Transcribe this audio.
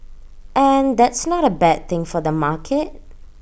and that's not A bad thing for the market